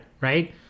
right